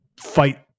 fight